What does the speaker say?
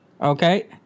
Okay